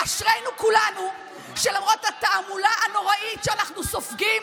אשרינו כולנו שלמרות התעמולה הנוראית שאנחנו סופגים,